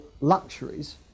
luxuries